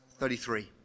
33